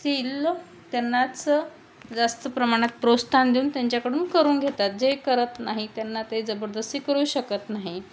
तील्ल त्यांनाच जास्त प्रमाणात प्रोत्साहन देऊन त्यांच्याकडून करून घेतात जे करत नाही त्यांना ते जबरदस्ती करू शकत नाही